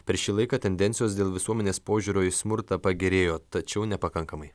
per šį laiką tendencijos dėl visuomenės požiūrio į smurtą pagerėjo tačiau nepakankamai